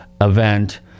event